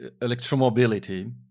electromobility